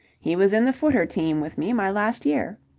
he was in the footer team with me my last year.